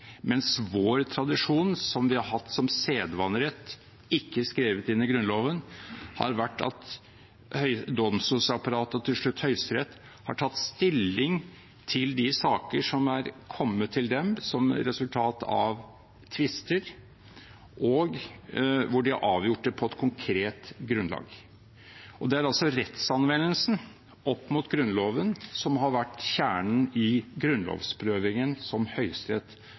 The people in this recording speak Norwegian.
mens vår tradisjon, som vi har hatt som sedvanerett, ikke skrevet inn i Grunnloven, har vært at domstolsapparatet, og til slutt Høyesterett, har tatt stilling til de saker som har kommet til dem som resultat av tvister, og hvor de har avgjort det på et konkret grunnlag. Det er altså rettsanvendelsen opp mot Grunnloven som har vært kjernen i grunnlovsprøvingen som Høyesterett